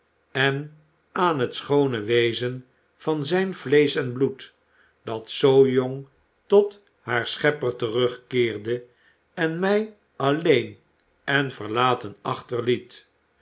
en aan het schoone wezen van zijn vleesch en bloed dat zoo jong tot haar schepper terugkeerde en mij alleen en verlaten achterliet